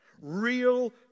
Real